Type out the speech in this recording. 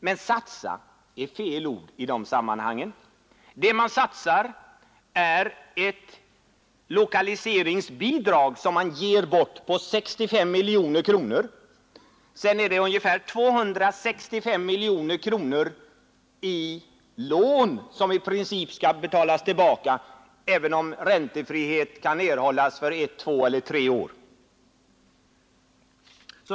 Men ”satsa” är fel ord i detta sammanhang. Vad man satsar är ett lokaliseringsbidrag — pengar som man alltså ger bort — på 65 miljoner kronor. Ungefär 265 miljoner kronor utgår i form av lån, som i princip skall betalas tillbaka, även om räntefrihet kan erhållas för ett, två eller tre år.